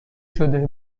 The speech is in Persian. شده